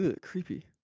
Creepy